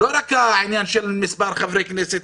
לא רק העניין של מספר חברי כנסת,